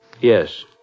Yes